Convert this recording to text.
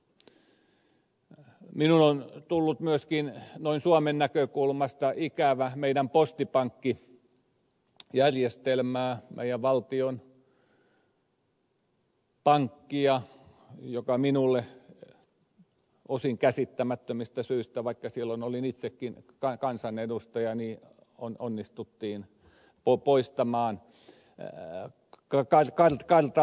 minun on tullut myöskin noin suomen näkökulmasta ikävä meidän postipankkijärjestelmää meidän valtion pankkia joka minulle osin käsittämättömistä syistä vaikka silloin olin itsekin kansanedustaja onnistuttiin poistamaan kartalta